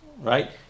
right